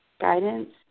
guidance